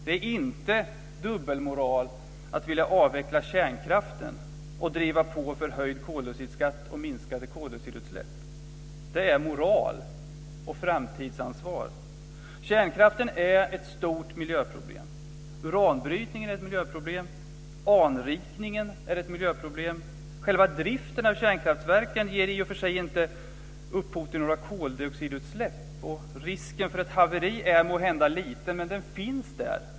Det är inte dubbelmoral att vilja avveckla kärnkraften och driva på förhöjd koldioxidskatt och minskade koldioxidutsläpp. Det är moral och framtidsansvar. Kärnkraften är ett stort miljöproblem. Uranbrytningen är ett miljöproblem. Anrikningen är ett miljöproblem. Själva driften av kärnkraftverken ger i och för sig inte upphov till några koldioxidutsläpp, och risken för ett haveri är måhända liten, men den finns där.